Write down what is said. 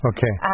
Okay